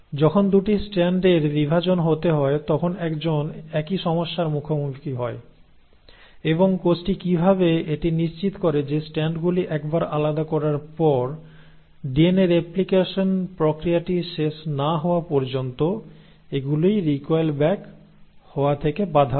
যখন 2 টি স্ট্র্যান্ডের বিভাজন হতে হয় তখন একজন একই সমস্যার মুখোমুখি হয় এবং কোষটি কিভাবে এটি নিশ্চিত করে যে স্ট্র্যান্ডগুলি একবার আলাদা করার পর DNA রেপ্লিকেশন প্রক্রিয়াটি শেষ না হওয়া পর্যন্ত এগুলি রিকয়েল ব্যাক হওয়া থেকে বাধা পায়